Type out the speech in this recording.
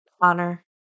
Honor